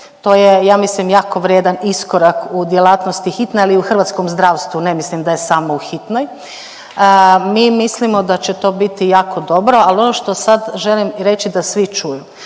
to je, ja mislim jako vrijedan iskorak u djelatnosti hitne, ali i u hrvatskom zdravstvu, ne mislim da je samo u hitnoj. Mi mislimo da će to biti jako dobro, ali ono što sad želim reći da svi čuju,